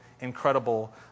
incredible